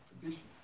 tradition